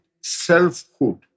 selfhood